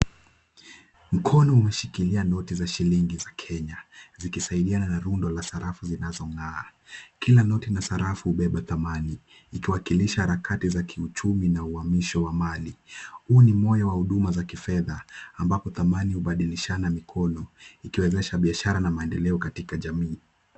Mkono umeshikilia noti za shilingi za Kenya. Zikisaidiana na rundo la sarafu zinazong'aa. Kila noti na sarafu hubeba thamani. Ikiwakilisha harakati za kiuchumi na uhamisho wa mali. Huu ni moyo wa huduma za kifedha ambapo thamani hubadilishana mikono. Ikiwezesha biashara na maendeleo katika jamii.